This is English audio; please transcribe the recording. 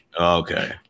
Okay